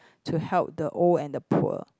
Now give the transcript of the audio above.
to help the old and the poor